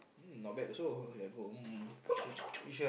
mm not bad also